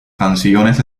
canciones